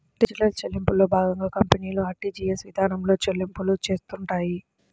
digital చెల్లింపుల్లో భాగంగా కంపెనీలు ఆర్టీజీయస్ ఇదానంలో చెల్లింపులు చేత్తుంటాయి